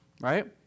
right